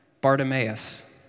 Bartimaeus